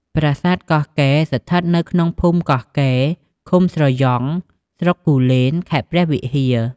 ប្រាសាទកោះកេរស្ថិតនៅក្នុងភូមិកោះកេរ្តិ៍ ឃុំស្រយ៉ង់ ស្រុកគូលែន ខេត្តព្រះវិហារ។